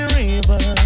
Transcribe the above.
river